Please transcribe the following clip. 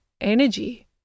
energy